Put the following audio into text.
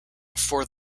for